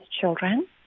children